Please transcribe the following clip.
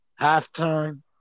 Halftime